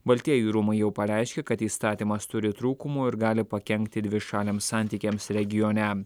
baltieji rūmai jau pareiškė kad įstatymas turi trūkumų ir gali pakenkti dvišaliams santykiams regione